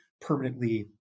permanently